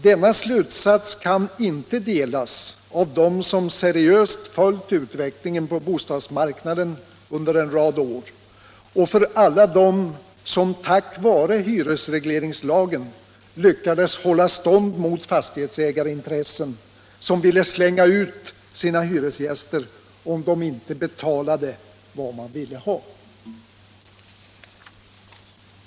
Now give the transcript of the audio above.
Denna slutsats kan inte delas av dem som seriöst följt utvecklingen på bostadsmarknaden och av alla dem som tack vare hyresregleringslagen lyckades hålla stånd mot fastighetsägarintressen som gick ut på att man ville slänga ut sina hyresgäster om de inte betalade vad man ville ha.